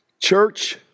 Church